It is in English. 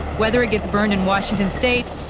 whether it gets burned in washington state,